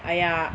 !aiya!